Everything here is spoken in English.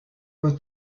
were